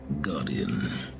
Guardian